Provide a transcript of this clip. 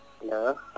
Hello।